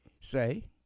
say